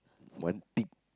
one